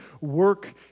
work